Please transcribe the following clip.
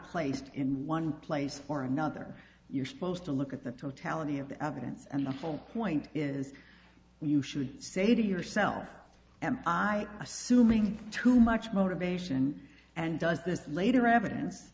placed in one place or another you're supposed to look at the totality of the evidence and the whole point is you should say to yourself am i assuming too much motivation and does this later evidence